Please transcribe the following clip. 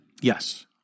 Yes